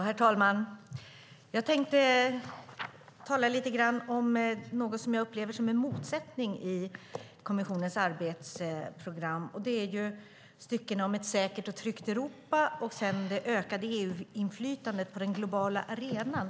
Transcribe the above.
Herr talman! Jag tänkte tala lite grann om något som jag upplever som en motsättning i kommissionens arbetsprogram. Det är styckena om ett säkert och tryggt Europa och det ökade EU-inflytandet på den globala arenan.